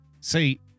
See